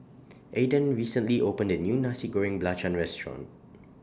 Aedan recently opened A New Nasi Goreng Belacan Restaurant